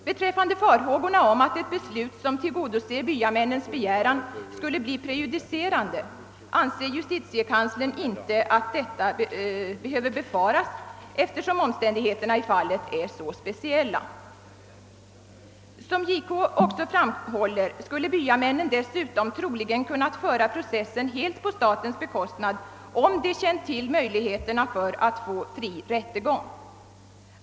Beträffande farhågorna för att ett beslut som tillgodoser byamännens begäran skulle bli prejudicerande anser justitiekanslern inte att detta behöver befaras, eftersom omständigheterna i fallet är så speciella. Som JK också framhåller skulle byamännen dessutom troligen kunnat föra processen på statens bekostnad om de känt till möjligheterna att få fri rättegång.